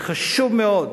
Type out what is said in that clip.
בכך שחשוב מאוד